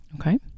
Okay